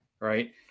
right